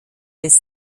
des